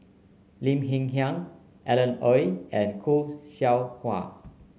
Lim Hng Kiang Alan Oei and Khoo Seow Hwa